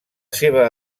seva